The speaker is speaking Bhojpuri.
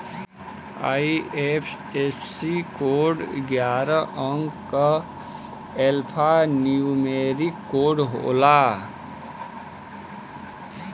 आई.एफ.एस.सी कोड ग्यारह अंक क एल्फान्यूमेरिक कोड होला